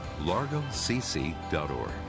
largocc.org